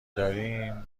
داریم